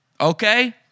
Okay